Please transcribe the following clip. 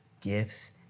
gifts